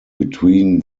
between